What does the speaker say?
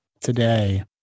today